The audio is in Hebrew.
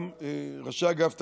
גם ראשי אגף תקציבים,